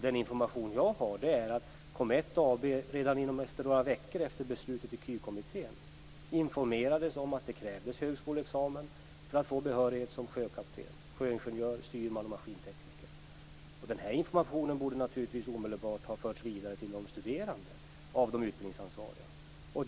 Den information som jag har är att Comet AB redan efter några veckor efter det att beslutet hade fattats i KY-kommittén informerades om att det krävdes högskoleexamen för behörighet som sjökapten, sjöingenjör, styrman och maskintekniker. Denna information borde naturligtvis av de utbildningsansvariga omedelbart ha förts vidare till de studerande.